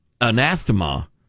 anathema